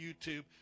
YouTube